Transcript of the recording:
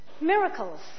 Miracles